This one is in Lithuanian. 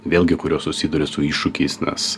vėlgi kurios susiduria su iššūkiais nes